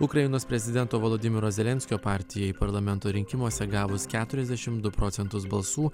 ukrainos prezidento volodymyro zelenskio partijai parlamento rinkimuose gavus keturiasdešim du procentus balsų